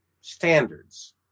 standards